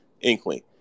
inkling